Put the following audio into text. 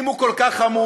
אם הוא כל כך חמוץ,